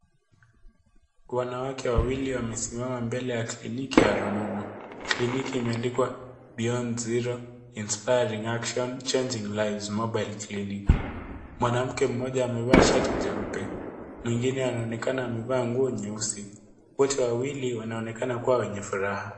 Wanawake wawili wamesimama mbele ya klini ya rununu. Kliniki imeandikwa Beyond Zero Inspiring Action Changing Lives Mobile Clinic . Mwanamke mmoja amevaa shati jeupe, mwingine anaonekana amevaa nguo nyeusi. Wote wawili wanaoenakana kuwa wenye furaha.